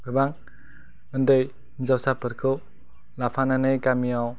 गोबां उन्दै हिनजावसाफोरखौ लाफानानै गामियाव